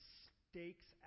stakes